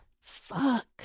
Fuck